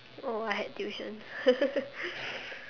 oh I had tuition